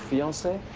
fiance?